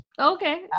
Okay